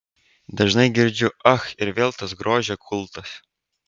dažnai girdžiu ach ir vėl tas grožio kultas